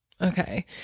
Okay